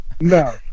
No